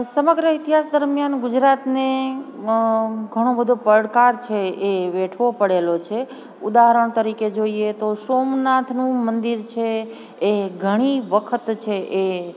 સમગ્ર ઈતિહાસ દરમ્યાન ગુજરાતને ઘણો બધો પડકાર છે એ વેઠવો પડેલો છે ઉદાહરણ તરીકે જોઈએ તો સોમનાથનું મંદિર છે એ ઘણી વખત છે એ